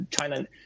china